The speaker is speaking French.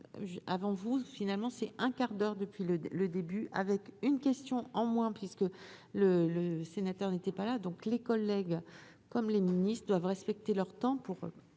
avant vous, finalement, c'est un quart d'heure depuis le le début avec une question en moins, puisque le le sénateur n'était pas là, donc les collègues comme les doivent respecter leur temps pour